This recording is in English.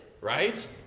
right